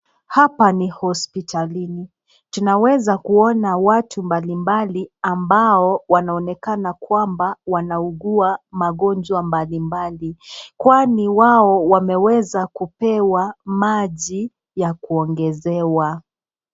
Hapa ni hospitalini. Tunaweza kuona watu mbalimbali ambao wanaonekana kwamba wanaugua magonjwa mbalimbali kwani wao wameweza kupewa maji ya kuogezewa.